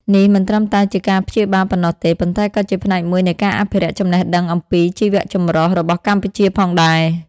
នេះមិនត្រឹមតែជាការព្យាបាលប៉ុណ្ណោះទេ ប៉ុន្តែក៏ជាផ្នែកមួយនៃការអភិរក្សចំណេះដឹងអំពី ជីវៈចម្រុះ របស់កម្ពុជាផងដែរ។